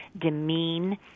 demean